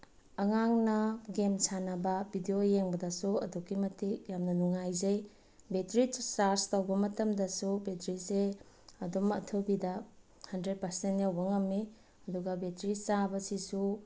ꯑꯉꯥꯡꯅ ꯒꯦꯝ ꯁꯥꯟꯅꯕ ꯕꯤꯗꯤꯑꯣ ꯌꯦꯡꯕꯗꯁꯨ ꯑꯗꯨꯛꯀꯤ ꯃꯇꯤꯛ ꯌꯥꯝꯅ ꯅꯨꯡꯉꯥꯏꯖꯩ ꯕꯦꯇ꯭ꯔꯤ ꯆꯥꯔꯖ ꯇꯧꯕ ꯃꯇꯝꯗꯁꯨ ꯕꯦꯇ꯭ꯔꯤꯁꯦ ꯑꯗꯨꯝ ꯑꯊꯨꯕꯤꯗ ꯍꯟꯗ꯭ꯔꯦꯠ ꯄꯥꯔꯁꯦꯟ ꯌꯧꯕ ꯉꯝꯃꯤ ꯑꯗꯨꯒ ꯕꯦꯇ꯭ꯔꯤ ꯆꯥꯕꯁꯤꯁꯨ